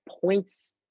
points